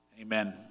Amen